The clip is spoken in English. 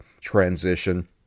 transition